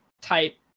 type